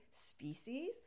species